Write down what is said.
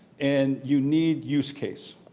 and you need use case.